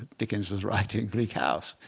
dickens was writing bleak house.